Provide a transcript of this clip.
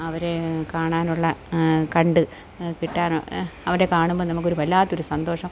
അവരെ കാണാനുള്ള കണ്ട് കിട്ടാനുള്ള അവരെ കാണുമ്പോൾ നമക്കൊരു വല്ലാത്തൊരു സന്തോഷം